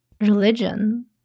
religion